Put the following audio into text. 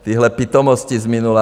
A tyhle pitomosti z minula.